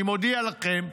אני מודיע לכם,